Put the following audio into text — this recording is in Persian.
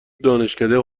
دانشکده